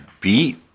beat